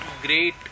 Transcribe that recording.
great